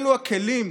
אלו הכלים,